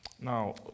Now